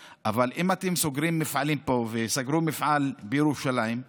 נתקלים במפגע הסביבתי האיום הזה.